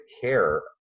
care